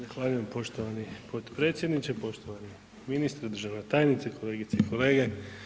Zahvaljujem poštovani potpredsjedniče, poštovani ministre, državna tajnice, kolegice i kolege.